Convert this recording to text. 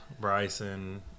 Bryson